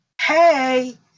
hey